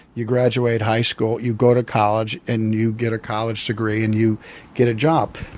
you graduate high school, you go to college, and you get a college degree and you get a job.